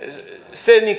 se